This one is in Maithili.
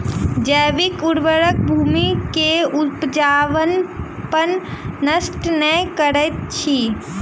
जैविक उर्वरक भूमि के उपजाऊपन नष्ट नै करैत अछि